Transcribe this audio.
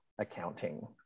accounting